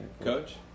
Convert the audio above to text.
coach